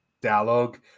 dialogue